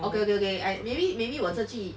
okay okay okay I maybe maybe 我这句